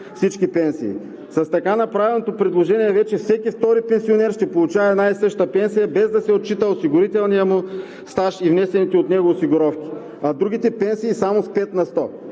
всички пенсии?! С така направеното предложение вече всеки втори пенсионер ще получава една и съща пенсия, без да се отчита осигурителният му стаж и внесените от него осигуровки. А другите пенсии – само с пет на сто.